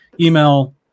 email